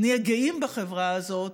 ונהיה גאים בחברה הזאת,